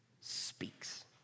speaks